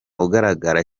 ugaragara